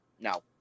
no